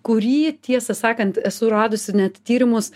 kurį tiesą sakant esu radusi net tyrimus